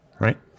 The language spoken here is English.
right